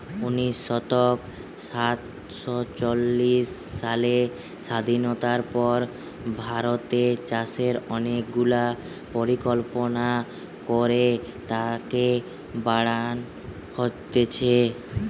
উনিশ শ সাতচল্লিশ সালের স্বাধীনতার পর ভারতের চাষে অনেক গুলা পরিকল্পনা করে তাকে বাড়ান হতিছে